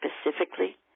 specifically